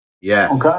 Yes